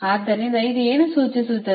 ಆದ್ದರಿಂದ ಇದು ಏನು ಸೂಚಿಸುತ್ತದೆ